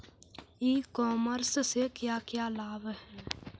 E commerce से क्या क्या लाभ हैं?